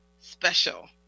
special